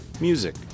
music